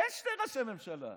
אין שני ראשי ממשלה.